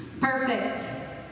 Perfect